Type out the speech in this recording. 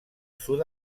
sud